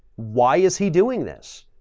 why is he doing this?